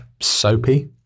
soapy